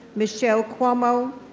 michelle cuomo,